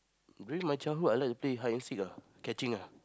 during my childhood I like to play hide and seek ah catching ah